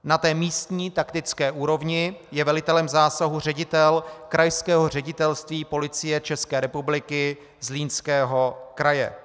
Na té místní taktické úrovni je velitelem zásahu ředitel Krajského ředitelství Policie České republiky Zlínského kraje.